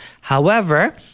However-